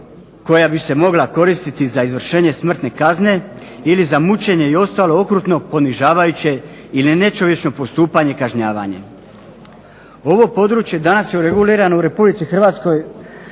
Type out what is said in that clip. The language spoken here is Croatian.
koja bi se mogla koristiti za izvršenje smrtne kazne ili za mučenje i ostalo okrutno ponižavajuće ili nečovječno postupanje i kažnjavanje. Ovo područje danas je regulirano u RH uredbom